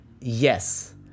Yes